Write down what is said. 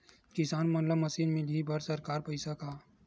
किसान मन ला मशीन मिलही बर सरकार पईसा का?